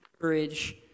courage